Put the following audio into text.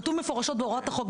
כתוב מפורשות בהוראת החוק,